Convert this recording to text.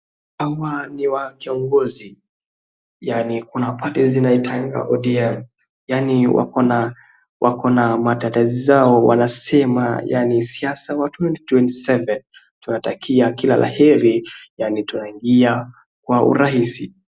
Hawa ni wa kiongozi, yaani kuna pande zinaitwanga ODM yaani wako na madada zao wanasema yaani siasa wa 2027 tunatakia kila la heri yaani tunaingia kwa urahisi.